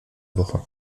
woche